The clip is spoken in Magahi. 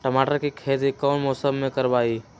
टमाटर की खेती कौन मौसम में करवाई?